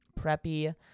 preppy –